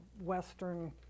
Western